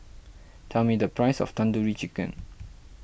tell me the price of Tandoori Chicken